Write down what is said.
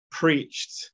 preached